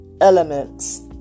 elements